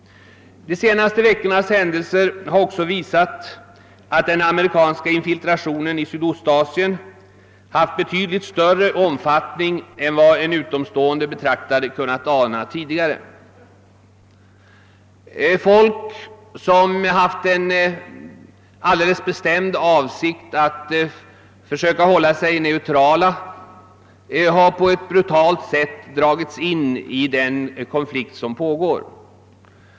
De senaste veckornas händelser har också visat att den amerikanska infiltrationen i Sydostasien haft betydligt större omfattning än vad en utomstående betraktare kunnat ana tidigare. Folk i Indokina som haft alldeles bestämda avsikter att försöka hålla sig neutrala har på ett brutalt sätt dragits in i den konflikt som pågår.